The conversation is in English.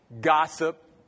gossip